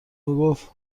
گفت